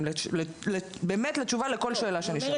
במאה אחוז ילדים,